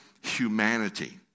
humanity